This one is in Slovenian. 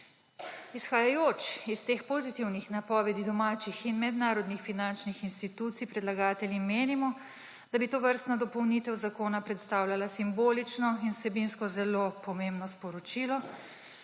Izhajajoč iz teh pozitivnih napovedi domačih in mednarodnih finančnih institucij predlagatelji menimo, da bi tovrstna dopolnitev zakona predstavljala simbolično in vsebinsko zelo pomembno sporočilo,